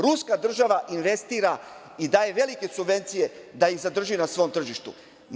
Ruska država investira i daje velike subvencije da ih zadrži na svom tržištu.